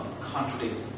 contradict